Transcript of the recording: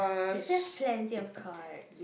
this is plenty of cards